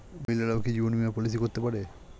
মহিলারাও কি জীবন বীমা পলিসি করতে পারে?